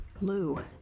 Lou